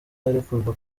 arekurwa